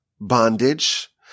bondage